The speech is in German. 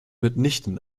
mitnichten